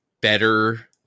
better